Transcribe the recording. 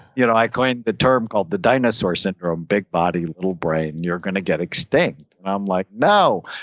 yeah no. i coined the term called the dinosaur syndrome, big body little brain. you're going to get extinct. i'm like, no.